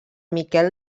miquel